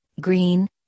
green